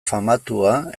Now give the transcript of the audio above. famatua